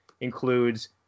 includes